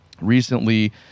recently